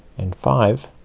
and five.